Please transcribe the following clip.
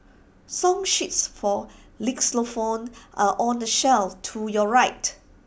song sheets for xylophones are on the shelf to your right